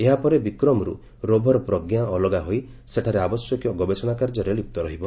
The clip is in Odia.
ଏହାପରେ ବିକ୍ରମରୁ ରୋଭର ପ୍ରଜ୍ଞା ଅଲଗା ହୋଇ ସେଠାରେ ଆବଶ୍ୟକୀୟ ଗବେଷଣା କାର୍ଯ୍ୟରେ ଲିପ୍ତ ରହିବ